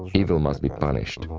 evil must be punished.